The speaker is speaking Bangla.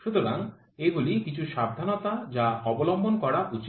সুতরাং এগুলি কিছু সাবধানতা যা অবলম্বন করা উচিত